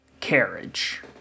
Carriage